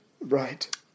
Right